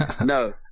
No